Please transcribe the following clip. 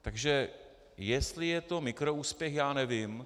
Takže jestli je to mikroúspěch, já nevím.